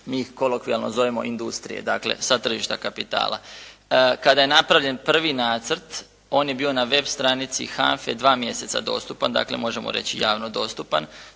mi ih kolokvijalno zovemo industrije. Dakle sa tržišta kapitala. Kada je napravljen prvi nacrt on je bio na web stranici HANFA-e 2 mjeseca dostupan. Dakle možemo reći javno dostupan.